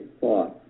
thought